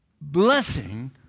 blessing